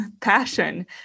passion